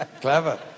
clever